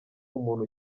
umuntu